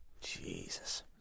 Jesus